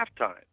halftime